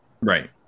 right